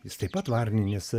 jis taip pat varninis